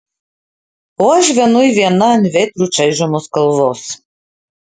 o aš vienui viena ant vėtrų čaižomos kalvos